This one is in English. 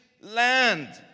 land